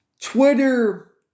Twitter